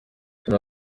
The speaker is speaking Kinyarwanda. turi